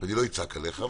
אני לא אצעק עליך.